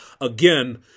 again